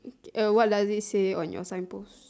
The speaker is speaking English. a what does it say on your sign post